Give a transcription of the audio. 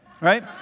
right